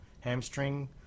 hamstring